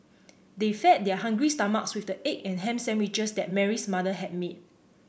they fed their hungry stomachs with the egg and ham sandwiches that Mary's mother had made